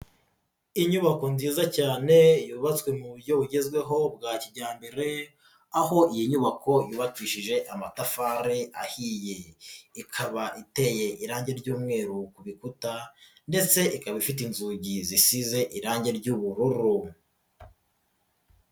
Inyubako nziza cyane yubatswe mu buryo bugezweho bwa kijyambere aho iyi nyubako yubakishije amatafari ahiye, ikaba iteye irangi ry'umweru ku bikuta ndetse ikaba ifite inzugi zisize irangi ry'ubururu.